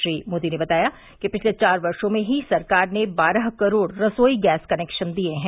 श्री मोदी ने बताया कि पिछले चार वर्षो में ही सरकार ने बारह करोड़ रसोई गैस कनेक्शन दिए हैं